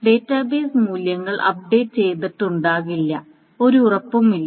database മൂല്യങ്ങൾ update ചെയ്തിട്ടുണ്ടാകില്ല ഒരു ഉറപ്പുമില്ല